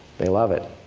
they love it.